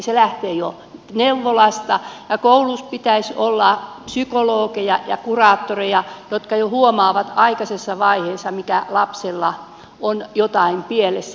se lähtee jo neuvolasta ja koulussa pitäisi olla psykologeja ja kuraattoreita jotka huomaavat jo aikaisessa vaiheessa mikäli lapsella on jotain pielessä